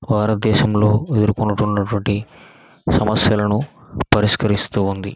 భారతదేశంలో ఎదుర్కుంటున్నటువంటి సమస్యలను పరిష్కరిస్తు ఉంది